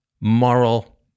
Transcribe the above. moral